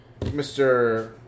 Mr